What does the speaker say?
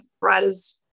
riders